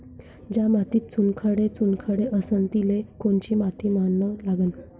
ज्या मातीत चुनखडे चुनखडे असन तिले कोनची माती म्हना लागन?